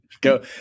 Go